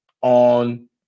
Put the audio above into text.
on